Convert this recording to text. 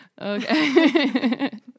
Okay